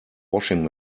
washing